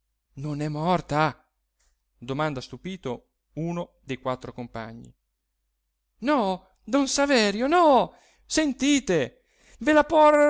non è morta domanda stupito uno dei quattro compagni no don saverio no sentite ve la por